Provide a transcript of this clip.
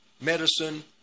medicine